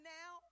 now